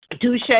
touche